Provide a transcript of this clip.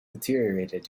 deteriorated